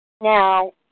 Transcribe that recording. Now